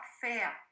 fair